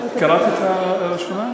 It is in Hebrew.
קראת את הראשונה?